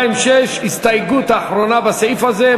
ההסתייגות האחרונה בסעיף הזה,